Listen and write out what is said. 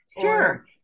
sure